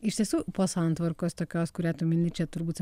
iš tiesų po santvarkos tokios kurią tu mini čia turbūt